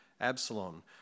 Absalom